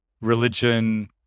religion